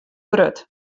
grut